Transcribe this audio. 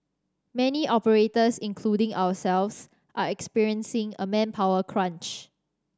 many operators including ourselves are experiencing a manpower crunch